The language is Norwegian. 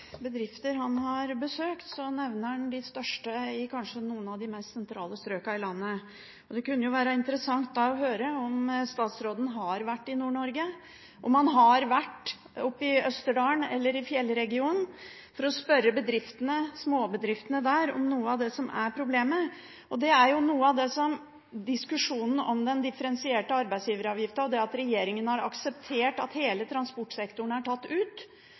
bedrifter han har besøkt, nevner han de største i kanskje noen av de mest sentrale strøkene av landet. Det kunne jo da være interessant å høre om statsråden har vært i Nord-Norge, om han har vært oppe i Østerdalen eller i fjellregionen, for å spørre småbedriftene der om noe av det som er problemet. Det er jo diskusjonen om den differensierte arbeidsgiveravgiften og det at regjeringen har akseptert at hele transportsektoren er tatt ut,